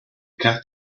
cut